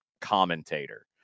commentator